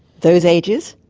those ages?